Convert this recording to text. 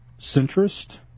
centrist